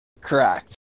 correct